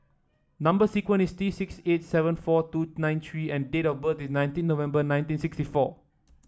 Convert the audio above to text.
number sequence is T six eight seven four two nine three G and date of birth is nineteen November nineteen sixty four